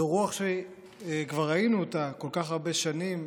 זו רוח שכבר ראינו אותה כל כך הרבה שנים,